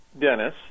Dennis